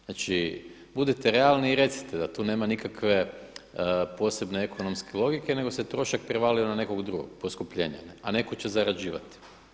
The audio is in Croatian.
Znači budite realni i recite da tu nema nikakve posebne ekonomske logike nego se trošak prevalio na nekog drugog poskupljenje, a neko će zarađivati.